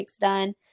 done